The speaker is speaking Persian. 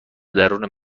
درون